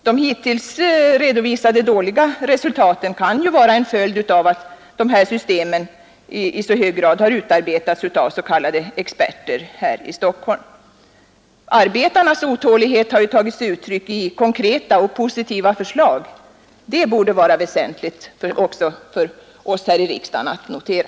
De hittills redovisade dåliga resultaten kan ju vara en följd av att dessa system i så hög grad har utarbetats av s.k. experter här i Stockholm. Arbetarnas otålighet har tagit sig uttryck i konkreta och positiva förslag. Det borde vara väsentligt också för oss i riksdagen att notera.